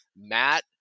Matt